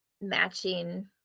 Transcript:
matching